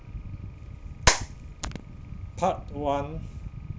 part one